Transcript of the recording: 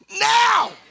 now